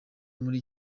muri